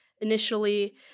initially